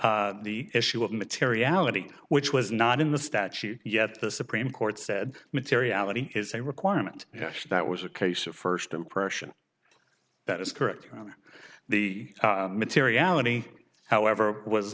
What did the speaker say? the issue of materiality which was not in the statute yet the supreme court said materiality is a requirement yes that was a case of first impression that is correct and the materiality however was